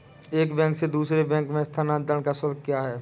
एक बैंक से दूसरे बैंक में स्थानांतरण का शुल्क क्या है?